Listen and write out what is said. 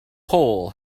hole